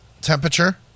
temperature